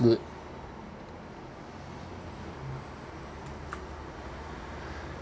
that's good